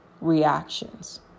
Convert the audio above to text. reactions